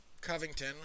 Covington